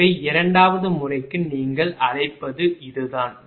எனவே இரண்டாவது முறைக்கு நீங்கள் அழைப்பது இதுதான்